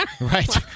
Right